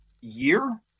year